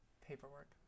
paperwork